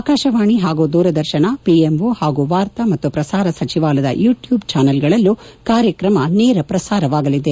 ಆಕಾಶವಾಣಿ ಹಾಗೂ ದೂರದರ್ಶನ ಪಿಎಂಒ ಹಾಗೂ ವಾರ್ತಾ ಮತ್ತು ಪ್ರಸಾರ ಸಚಿವಾಲಯದ ಯೂಟ್ಕೂಬ್ ಚಾನಲ್ಗಳಲ್ಲೂ ಕಾರ್ಯಕ್ರಮ ನೇರ ಪ್ರಸಾರವಾಗಲಿದೆ